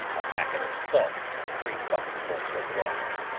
a packet of salts and three bucketfuls of water.